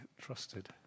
Trusted